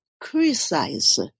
criticize